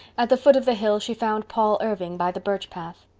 at the foot of the hill she found paul irving by the birch path.